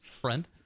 friend